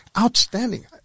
Outstanding